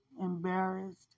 embarrassed